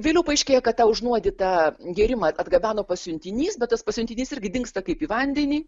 vėliau paaiškėja kad užnuodytą gėrimą atgabeno pasiuntinys bet tas pasiuntinys irgi dingsta kaip į vandenį